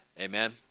amen